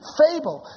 fable